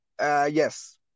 yes